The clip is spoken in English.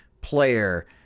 player